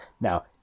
Now